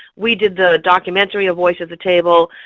we did the documentary, a voice at the table.